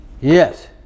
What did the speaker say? Yes